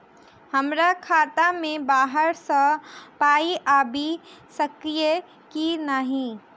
हमरा खाता मे बाहर सऽ पाई आबि सकइय की नहि?